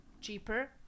cheaper